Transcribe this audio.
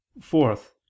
fourth